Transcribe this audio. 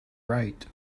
write